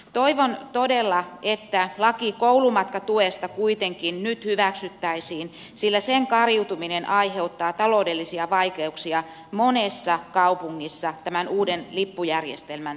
toivon todella että laki koulumatkatuesta kuitenkin nyt hyväksyttäisiin sillä sen kariutuminen aiheuttaa taloudellisia vaikeuksia monessa kaupungissa tämän uuden lippujärjestelmän takia